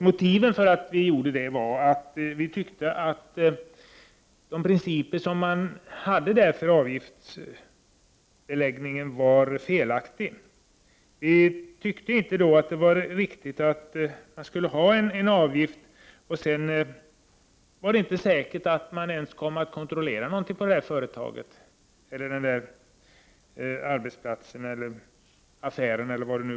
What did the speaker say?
Motivet till att vi gjorde detta var att de principer för avgiftsbeläggningen som fanns i förslaget var felaktiga. Vi tyckte inte det var riktigt att införa en avgift när det sedan inte var säkert att man skulle kontrollera företaget, arbetsplatsen eller affären.